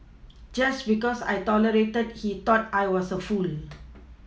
just because I tolerated he thought I was a fool